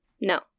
No